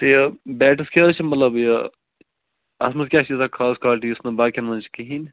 تہٕ یہِ بیٹَس کیاہ حظ چھِ مطلب یہِ اتھ مَنٛز کیاہ چھِ ییٖژاہ خاص کالٹی یُس نہ باقیَن مَنٛز چھِ کِہیٖنۍ